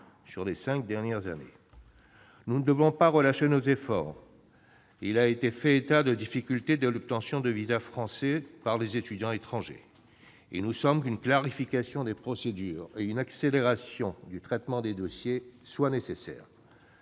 % ces cinq dernières années. Nous ne devons pas relâcher nos efforts. Il a été fait état de difficultés dans l'obtention de visas français par les étudiants étrangers. Il nous semble qu'une clarification des procédures et une accélération du traitement des dossiers soient nécessaires.